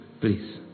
please